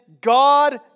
God